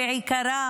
בעיקר,